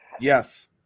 Yes